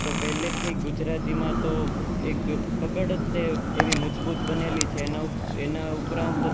તો પહેલેથી ગુજરાતીમાં તો એક પકડ તે એવી મજબૂત બનેલી છે એના એના ઉપરાંત